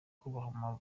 kubaha